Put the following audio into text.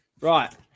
Right